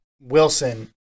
Wilson